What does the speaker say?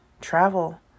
travel